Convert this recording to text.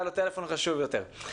היה לו טלפון חשוב יותר.